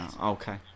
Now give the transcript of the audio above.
okay